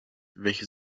welche